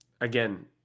again